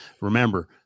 Remember